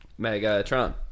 Megatron